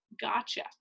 gotcha